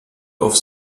auf